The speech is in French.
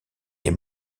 des